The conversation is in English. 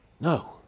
no